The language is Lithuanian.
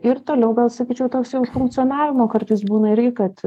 ir toliau gal sakyčiau toks jau funkcionavimo kartais būna irgi kad